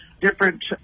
Different